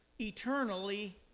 eternally